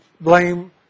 blame